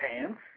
Pants